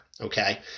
okay